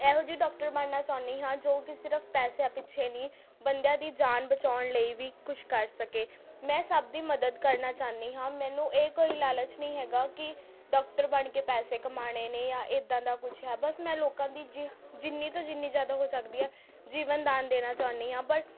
ਇਹੋ ਜੀ ਡਾਕਟਰ ਬਣਨਾ ਚਾਹੁੰਦੀ ਹਾਂ ਜੋ ਕਿ ਸਿਰਫ ਪੈਸਿਆਂ ਪਿੱਛੇ ਨਹੀਂ ਬੰਦਿਆਂ ਦੀ ਜਾਨ ਬਚਾਉਣ ਲਈ ਵੀ ਕੁਛ ਕਰ ਸਕੇ ਮੈਂ ਸਭ ਦੀ ਮਦਦ ਕਰਨਾ ਚਾਹੁੰਦੀ ਹਾਂ ਮੈਨੂੰ ਇਹ ਕੋਈ ਲਾਲਚ ਨਹੀਂ ਹੈਗਾ ਕਿ ਡੋਕਟਰ ਬਣ ਕੇ ਪੈਸੇ ਕਮਾਉਣੇ ਨੇ ਜਾਂ ਇੱਦਾਂ ਦਾ ਕੁਛ ਹੈ ਬਸ ਮੈਂ ਲੋਕਾਂ ਦੀ ਜ ਜਿੰਨੀ ਤੋਂ ਜਿੰਨੀ ਜ਼ਿਆਦਾ ਹੋ ਸਕਦੀ ਆ ਜੀਵਨ ਦਾਨ ਦੇਣਾ ਚਾਹੁੰਦੀ ਹਾਂ ਪਰ